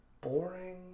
boring